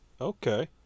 Okay